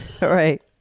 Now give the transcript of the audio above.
Right